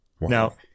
Now